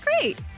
great